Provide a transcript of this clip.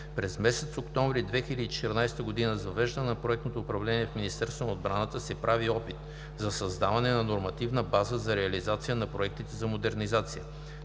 През месец октомври 2014 г. с въвеждане на проектно управление в Министерство на отбраната се прави опит за създаване на нормативна база за реализация на проектите за модернизация.